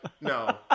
no